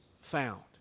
found